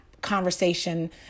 conversation